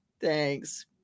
Thanks